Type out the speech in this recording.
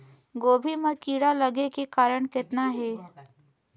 गोभी म कीड़ा लगे के कारण कतना हे?